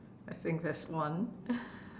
I think that's one